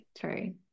sorry